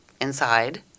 inside